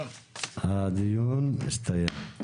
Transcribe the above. הדיון הסתיים.